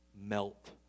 melt